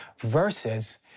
versus